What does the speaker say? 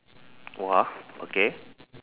okay